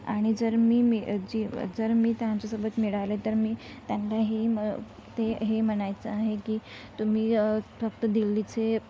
आणि जर मी मे जी जर मी त्यांच्यासोबत मिळाले तर मी त्यांना हे म्ह ते हे म्हणायचं आहे की तुम्ही फक्त दिल्लीचे